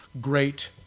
great